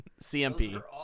CMP